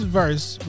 verse